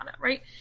right